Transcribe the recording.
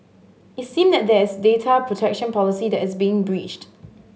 it seem that there's data protection policy that is being breached